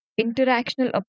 interactional